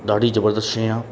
ॾाढी ज़बरदस्त शइ आहे